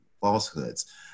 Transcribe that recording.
falsehoods